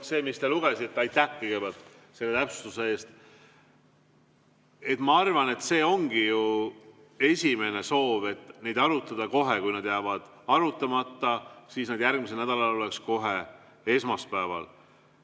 See, mis te [ette] lugesite – aitäh kõigepealt selle täpsustuse eest! –, ma arvan, et see ongi ju esimene soov, et neid arutada kohe: kui nad jäävad arutamata, siis nad järgmisel nädalal oleks kohe esmaspäeval.